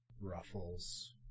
ruffles